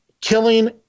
killing